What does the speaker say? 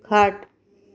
खाट